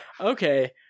Okay